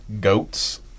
Goats